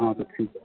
हाँ तो ठीक है